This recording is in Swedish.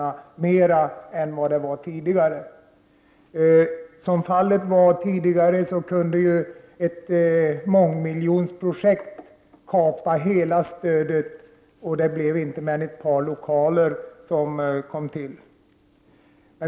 Tidigare kunde ett mångmiljonprojekt ta i anspråk praktiskt taget hela anslaget, så att det inte tillkom mer än ett par lokaler.